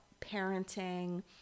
parenting